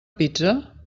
pizza